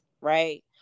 right